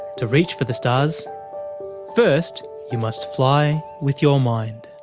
to reach for the stars first you must fly with your mind